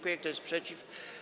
Kto jest przeciw?